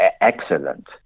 excellent